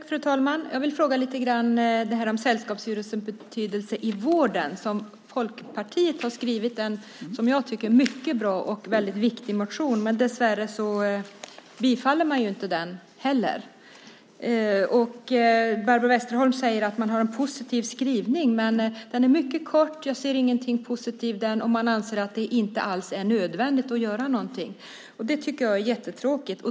Fru talman! Jag vill fråga lite om sällskapsdjurens betydelse i vården, som Folkpartiet har skrivit en i mitt tycke mycket bra och väldigt viktig motion om. Men dessvärre bifaller man ju inte den heller. Barbro Westerholm säger att man har en positiv skrivning, men den är mycket kort. Jag ser inget positivt i den. Man anser att det inte alls är nödvändigt att göra någonting. Det tycker jag är jättetråkigt.